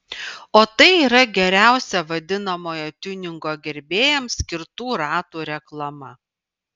o tai yra geriausia vadinamojo tiuningo gerbėjams skirtų ratų reklama